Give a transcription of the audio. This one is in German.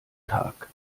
tag